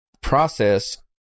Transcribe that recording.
process